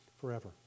forever